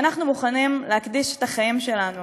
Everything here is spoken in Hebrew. שאנחנו מוכנים להקדיש את החיים שלנו,